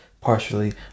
partially